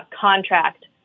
contract